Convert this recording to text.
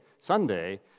Sunday